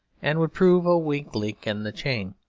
and would prove a weak link in the chain.